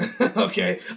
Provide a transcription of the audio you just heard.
okay